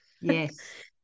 yes